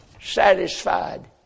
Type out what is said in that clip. Satisfied